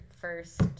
first